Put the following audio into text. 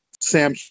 Sam